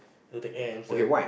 who take care hamster